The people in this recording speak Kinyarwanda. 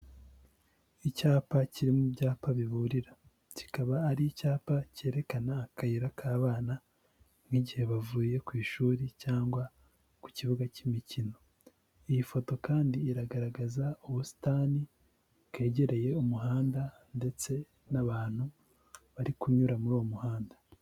Icyapa kirimo ibyapa biburira, kikaba ari icyapa cyerekana akayira k'abana nk'igihe bavuye ku ishuri cyangwa ku kibuga cy'imikino. Iyi foto kandi iragaragaza ubusitani bwegereye umuhanda ndetse n'abantu bari kunyura muri uwo muhanda.